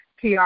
PR